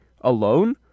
alone